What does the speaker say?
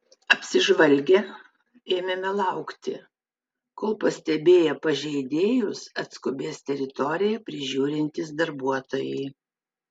apsižvalgę ėmėme laukti kol pastebėję pažeidėjus atskubės teritoriją prižiūrintys darbuotojai